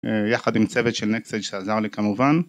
יחד עם צוות של Nextage שעזר לי כמובן